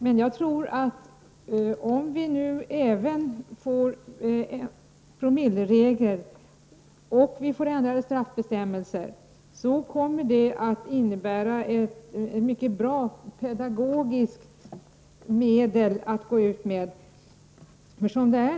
Men om vi även får en promilleregel och ändrade straffbestämmelser, tror jag att det kommer att innebära ett mycket bra pedagogiskt medel att gå ut med.